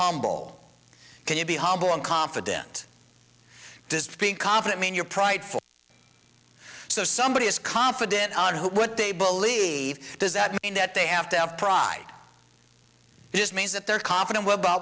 humble can you be humble and confident just be confident in your pride for somebody is confident on what they believe does that mean that they have to have pride this means that they're confident